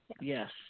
Yes